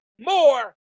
more